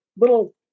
little